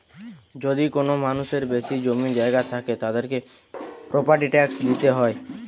যদি কোনো মানুষের বেশি জমি জায়গা থাকে, তাদেরকে প্রপার্টি ট্যাক্স দিইতে হয়